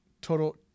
Total